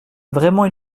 vraiment